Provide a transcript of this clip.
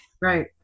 Right